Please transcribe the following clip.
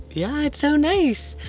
yeah, it's so nice.